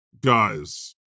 guys